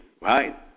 right